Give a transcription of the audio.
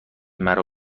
مرا